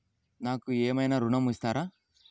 నాకు ఏమైనా ఋణం ఇస్తారా?